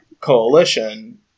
coalition